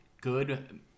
good